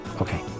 Okay